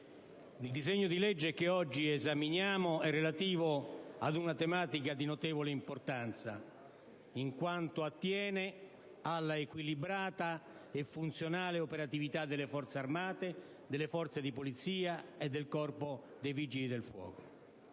il disegno di legge che oggi esaminiamo è relativo ad una tematica di notevole importanza, in quanto attiene alla equilibrata e funzionale operatività delle Forze armate, delle Forze di polizia e del Corpo dei vigili del fuoco.